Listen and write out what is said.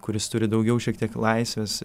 kuris turi daugiau šiek tiek laisvės